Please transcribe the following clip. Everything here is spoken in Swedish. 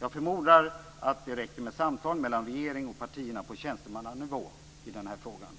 Jag förmodar att det räcker med samtal mellan regering och partier på tjänstemannanivå i den här frågan.